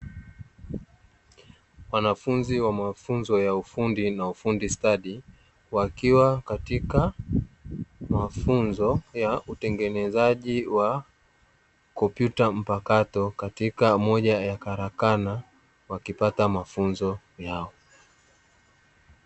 Wanafunzi wa mafunzo ya ufundi na ufundi stadi wakiwa katika mafunzo ya utengenezaji wa kompyuta mpakato, katika moja ya karakana wakipata mafunzo yao.